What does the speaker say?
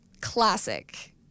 classic